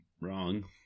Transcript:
Wrong